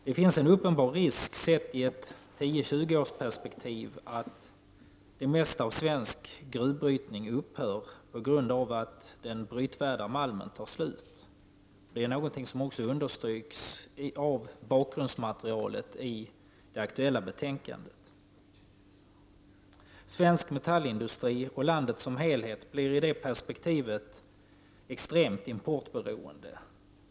Det finns en uppenbar risk, sett i ett 10-20-årsperspektiv, att det mesta av svensk gruvbrytning upphör på grund av att den brytvärda malmen tar slut. Detta understryks också i bakgrundsmaterialet i betänkandet. Svensk metallindustri och landet som helhet blir i det perspektivet extremt importberoende.